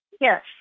Yes